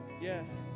yes